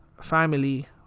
family